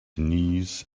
knees